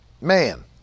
man